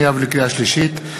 לקריאה שנייה ולקריאה שלישית,